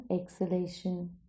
exhalation